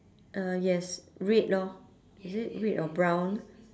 uh yes red lor is it red or brown